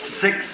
Six